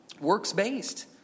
works-based